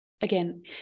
again